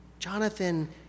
Jonathan